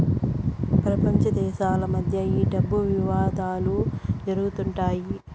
ప్రపంచ దేశాల మధ్య ఈ డబ్బు వివాదాలు జరుగుతుంటాయి